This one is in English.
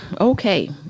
Okay